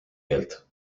keelt